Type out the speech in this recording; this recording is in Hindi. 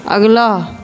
अगला